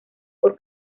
por